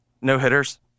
No-hitters